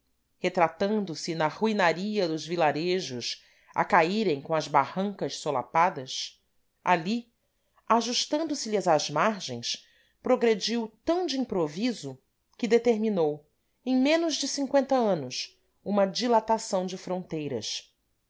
ou retrogradou retratando se na ruinaria dos vilarejos a caírem com as barrancas solapadas ali ajustando se lhes às margens progrediu tão de improviso que determinou em menos de cinqüenta anos uma dilatação de fronteiras